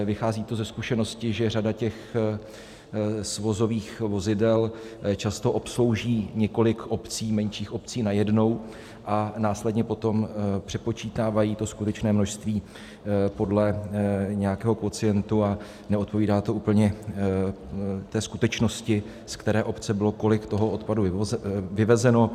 Vychází to ze zkušenosti, že řada těch s vozových vozidel často obslouží několik obcí, menších obcí najednou a následně potom přepočítávají to skutečné množství podle nějakého kvocientu a neodpovídá to úplně té skutečnosti, z které obce bylo kolik toho odpadu vyvezeno.